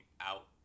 out